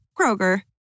Kroger